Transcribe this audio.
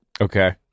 Okay